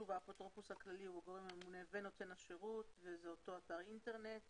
האפוטרופוס הכללי הוא הגורם הממונה ונותן השירות וזה אותו אתר אינטרנט